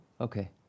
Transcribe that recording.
okay